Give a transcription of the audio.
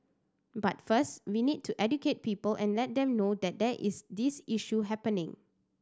but first we need to educate people and let them know that there is this issue happening